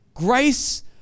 Grace